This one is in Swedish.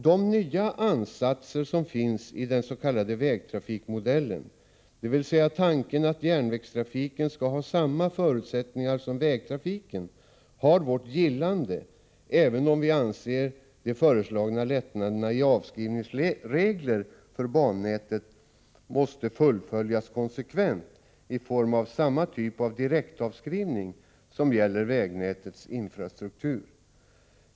De nya ansatser som finns i den s.k. vägtrafikmodellen, dvs. tanken att järnvägstrafiken skall ha samma förutsättningar som vägtrafiken, har vårt gillande även om vi anser att de föreslagna lättnaderna i avskrivningsregler för bannätet måste fullföljas konsekvent i form av samma typ av direktavskrivning som gäller för vägnätets infrastruktur.